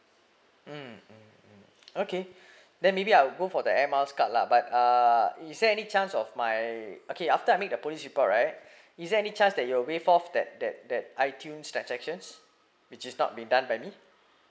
mm okay then maybe I'll go for the air miles card lah but uh is there any chance of my okay after I make a police report right is there any chance that you're waive off that that that itunes transactions which is not be done by me